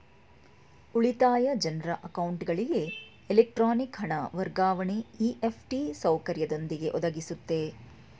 ಉಳಿತಾಯ ಜನ್ರ ಅಕೌಂಟ್ಗಳಿಗೆ ಎಲೆಕ್ಟ್ರಾನಿಕ್ ಹಣ ವರ್ಗಾವಣೆ ಇ.ಎಫ್.ಟಿ ಸೌಕರ್ಯದೊಂದಿಗೆ ಒದಗಿಸುತ್ತೆ